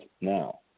now